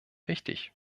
wichtig